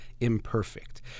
imperfect